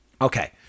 Okay